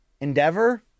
Endeavor